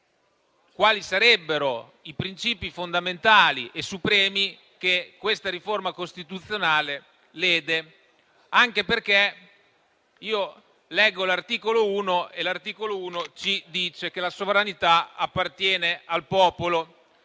quali sarebbero i principi fondamentali e supremi che questa riforma costituzionale lede. Anche perché, l'articolo 1 della Costituzione afferma che la sovranità appartiene al popolo.